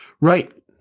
Right